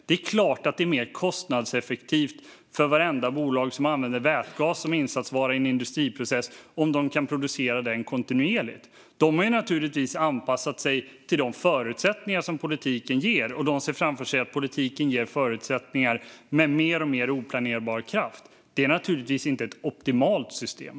Det är klart att det är mer kostnadseffektivt för vartenda bolag som använder vätgas som insatsvara i en industriprocess om de kan producera den kontinuerligt. De har naturligtvis anpassat sig till de förutsättningar som politiken ger, och de ser framför sig att politiken ger förutsättningar med mer och mer oplanerbar kraft. Detta är naturligtvis inte ett optimalt system.